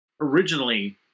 originally